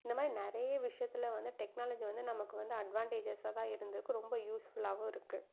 இந்த மாதிரி நிறைய விஷயத்தில் வந்து டெக்னாலஜி வந்து நமக்கு வந்து அட்வான்டேஜஸாக தான் இருந்திருக்குது ரொம்ப யூஸ்ஃபுல்லாகவும் இருக்குது